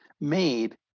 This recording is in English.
made